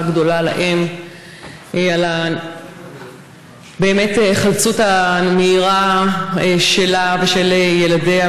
גדולה לאם על ההיחלצות המהירה שלה ושל ילדיה,